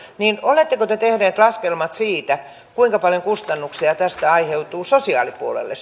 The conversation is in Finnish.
niin oletteko te tehneet laskelmat siitä kuinka paljon kustannuksia tästä aiheutuu sosiaalipuolelle